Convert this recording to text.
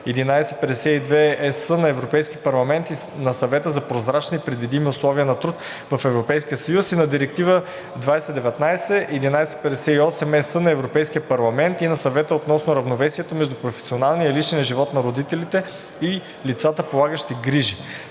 2019/1152/ЕС на Европейския парламент и на Съвета за прозрачни и предвидими условия на труд в Европейския съюз и на Директива 2019/1158/ЕС на Европейския парламент и на Съвета относно равновесието между професионалния и личния живот на родителите и лицата, полагащи грижи.